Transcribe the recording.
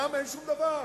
שם אין שום דבר.